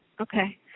Okay